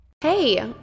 Hey